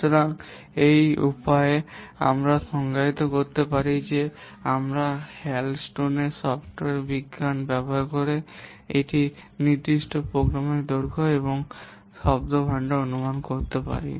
সুতরাং এই উপায়ে আমরা সংজ্ঞায়িত করতে পারি যে আমরা হালসডের সফ্টওয়্যার বিজ্ঞান ব্যবহার করে একটি নির্দিষ্ট প্রোগ্রামের দৈর্ঘ্য এবং শব্দভান্ডারটি অনুমান করতে পারি